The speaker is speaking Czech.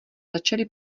začali